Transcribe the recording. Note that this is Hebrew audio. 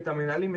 את המנהלים,